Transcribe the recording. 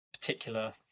particular